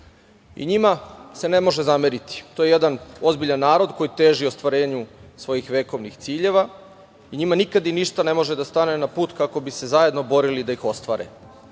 lige. Njima se ne može zameriti, to je jedan ozbiljan narod koji teži ostvarenju svojih vekovnih ciljeva i njima nikada i ništa ne može da stane na put, kako bi se zajedno borili da ih ostvare. Njima